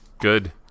good